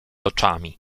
oczami